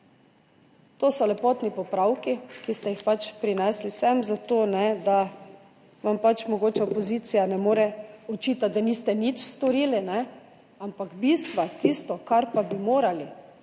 To so lepotni popravki, ki ste jih pač prinesli sem, zato da vam mogoče opozicija ne more očitati, da niste nič storili, ampak bistva, tisto, kar pa bi morali